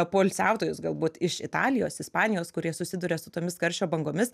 poilsiautojus galbūt iš italijos ispanijos kurie susiduria su tomis karščio bangomis